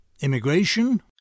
Immigration